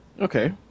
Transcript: Okay